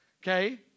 Okay